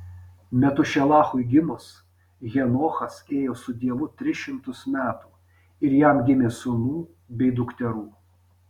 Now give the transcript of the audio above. metušelachui gimus henochas ėjo su dievu tris šimtus metų ir jam gimė sūnų bei dukterų